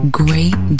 great